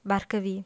buggery